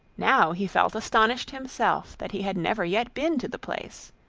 now he felt astonished himself that he had never yet been to the place.